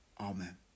amen